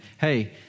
hey